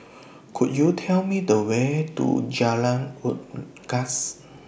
Could YOU Tell Me The Way to Jalan Unggas